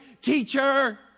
teacher